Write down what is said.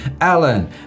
Alan